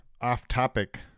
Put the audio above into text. off-topic